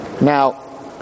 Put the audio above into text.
Now